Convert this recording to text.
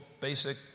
basic